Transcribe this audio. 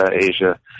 Asia